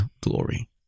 glory